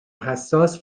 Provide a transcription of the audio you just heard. حساس